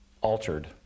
altered